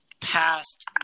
past